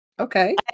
okay